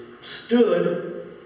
stood